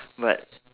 but